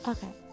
Okay